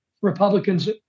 Republicans